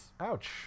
Ouch